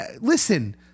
listen